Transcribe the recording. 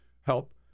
help